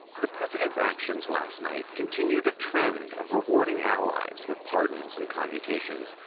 the president's actions last night continue to trend of rewarding allies with pardons and commutations,